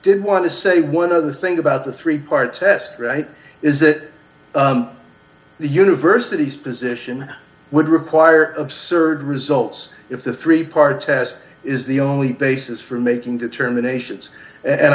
did want to say one other thing about the three part test right is that the university's position would require absurd results if the three part test is the only basis for making determinations and